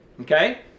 Okay